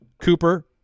Cooper